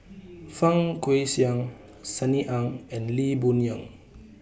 Fang Guixiang Sunny Ang and Lee Boon Yang